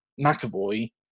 McAvoy